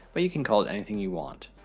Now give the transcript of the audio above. but you can call it anything you want.